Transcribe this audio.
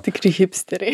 tikri hipsteriai